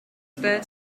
spare